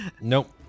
Nope